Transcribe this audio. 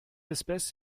espèce